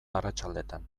arratsaldetan